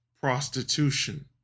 prostitution